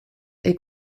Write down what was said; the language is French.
est